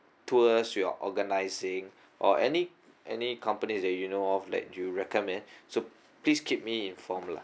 tours you're organizing or any any companies that you know of that you recommend so please keep me informed lah